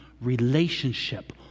relationship